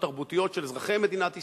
התרבותיות של אזרחי מדינת ישראל,